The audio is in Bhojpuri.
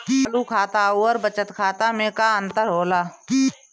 चालू खाता अउर बचत खाता मे का अंतर होला?